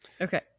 Okay